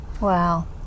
Wow